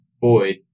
void